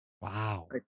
Wow